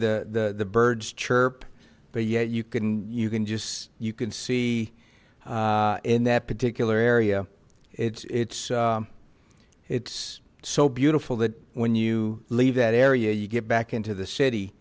the the birds chirp but yet you can you can just you can see in that particular area it's it's it's so beautiful that when you leave that area you get back into the city